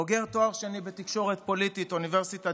בוגר תואר שני בתקשורת פוליטית מאוניברסיטת